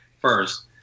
first